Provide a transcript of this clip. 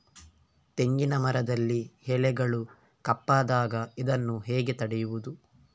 ತೆಂಗಿನ ಮರದಲ್ಲಿ ಎಲೆಗಳು ಕಪ್ಪಾದಾಗ ಇದನ್ನು ಹೇಗೆ ತಡೆಯುವುದು?